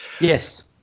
Yes